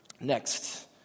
Next